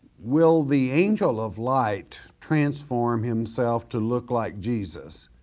will the angel of light transform himself to look like jesus?